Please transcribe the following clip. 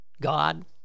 God